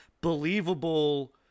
believable